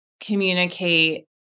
communicate